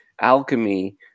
alchemy